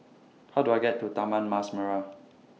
How Do I get to Taman Mas Merah